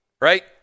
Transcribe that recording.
right